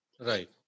Right